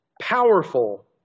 powerful